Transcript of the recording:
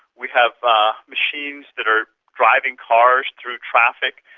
we have ah machines that are driving cars through traffic,